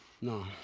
No